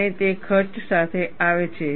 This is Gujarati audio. અને તે ખર્ચ સાથે આવે છે